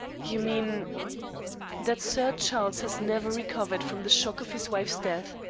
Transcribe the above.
you mean that sir charles has never recovered from the shock of his wife's death.